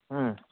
हुँ